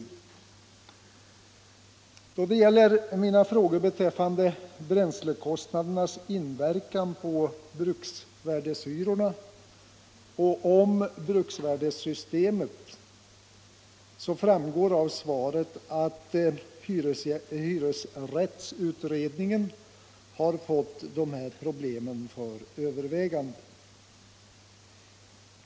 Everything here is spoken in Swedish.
Då det gäller mina frågor om bränslekostnadernas inverkan på bruksvärdeshyrorna och om bruksvärdessystemet framgår det av svaret att hyresrättsutredningen har fått de problemen för övervägande.